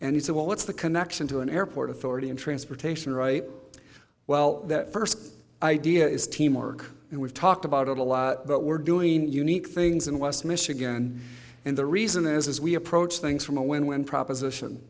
and he said well what's the connection to an airport authority in transportation right well that first idea is teamwork and we've talked about it a lot but we're doing unique things in west michigan and the reason is as we approach things from a win win proposition